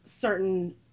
certain